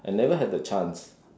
I've never had the chance